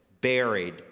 buried